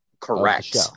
correct